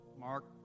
Mark